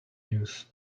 news